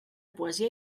poesia